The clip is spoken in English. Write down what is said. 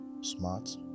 smart